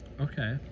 Okay